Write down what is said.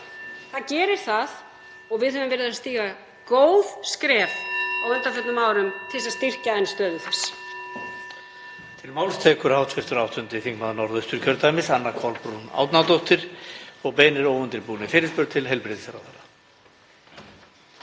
Það gerir það og við höfum verið að stíga góð skref á undanförnum árum til að styrkja enn stöðuna þess.